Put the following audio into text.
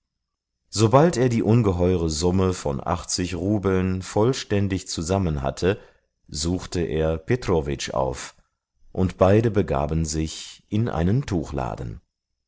sobald er die ungeheure summe von achtzig rubeln vollständig zusammen hatte suchte er petrowitsch auf und beide begaben sich in einen